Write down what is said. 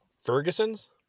ferguson's